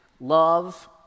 love